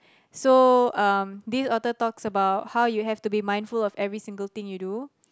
so um this author talks about how you have to be mindful of every single thing you do